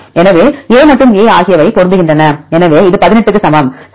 எனவே A மற்றும் A ஆகியவை பொருந்துகின்றன எனவே இது 18 க்கு சமம் சரி